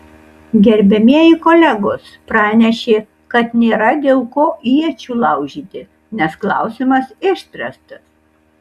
gerbiamieji kolegos pranešė kad nėra dėl ko iečių laužyti nes klausimas išspręstas